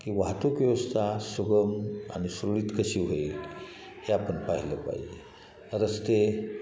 की वाहतूक व्यवस्था सुगम आणि सुरळीत कशी होईल हे आपण पाहिलं पाहिजे रस्ते